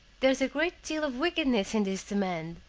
there's a great deal of wickedness in this demand?